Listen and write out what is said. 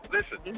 Listen